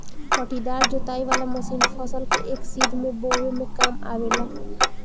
पट्टीदार जोताई वाला मशीन फसल के एक सीध में बोवे में काम आवेला